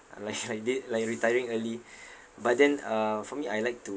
like like did like retiring early but then uh for me I like to